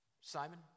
Simon